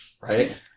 Right